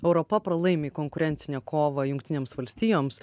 europa pralaimi konkurencinę kovą jungtinėms valstijoms